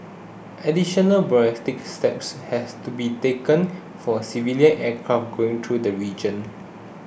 additional steps have to be taken for civilian aircraft going through the region